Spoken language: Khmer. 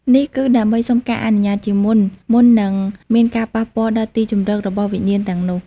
នេះគឺដើម្បីសុំការអនុញ្ញាតជាមុន មុននឹងមានការប៉ះពាល់ដល់ទីជម្រករបស់វិញ្ញាណទាំងនោះ។